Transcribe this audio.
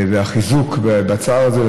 והחיזוק בצער הזה.